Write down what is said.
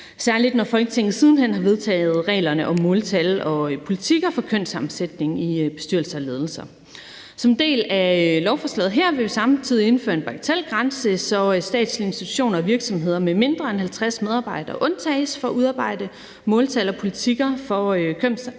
særlig når Folketinget siden hen har vedtaget reglerne om måltal og politikker for kønssammensætningen i bestyrelser og ledelser. Som en del af lovforslaget vil vi samtidig indføre en bagatelgrænse, så statslige institutioner og virksomheder med mindre end 50 medarbejdere undtages fra at udarbejde måltal og politikker for kønssammensætningen